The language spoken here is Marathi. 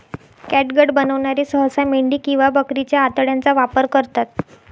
कॅटगट बनवणारे सहसा मेंढी किंवा बकरीच्या आतड्यांचा वापर करतात